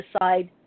decide